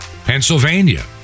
Pennsylvania